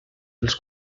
dels